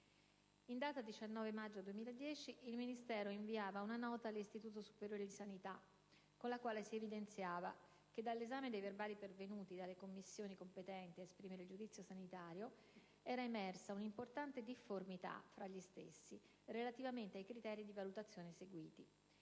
In data 19 maggio 2010 il Ministero inviava una nota all'Istituto superiore di sanità, con la quale si evidenziava che, dall'esame dei verbali pervenuti dalle commissioni competenti a esprimere il giudizio sanitario, era emersa una importante difformità tra gli stessi, relativamente ai criteri di valutazione seguiti.